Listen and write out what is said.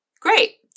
great